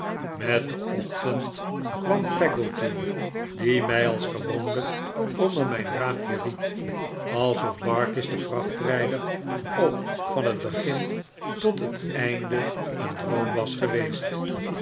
met den ochtend kwam peggotty die mij als gewoonlijk onder mijn raampje riep alsof barkis de vrachtrijder ook van het begin tot het einde een droom was geweest